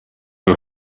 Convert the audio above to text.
you